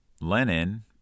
Lenin